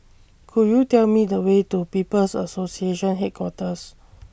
Could YOU Tell Me The Way to People's Association Headquarters